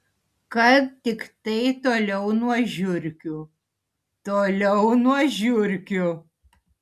kad tiktai toliau nuo žiurkių toliau nuo žiurkių